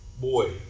Boy